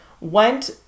went